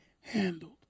handled